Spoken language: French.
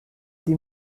des